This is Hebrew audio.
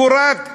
קורת גג,